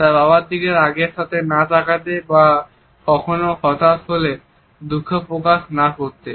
তার বাবার দিকে রাগের সাথে না তাকাতে বা কখন হতাশ হলে দুঃখ প্রকাশ না করতে